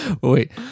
wait